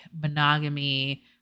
monogamy